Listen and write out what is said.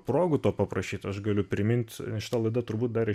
progų to paprašyt aš galiu primint šita laida turbūt dar